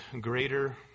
greater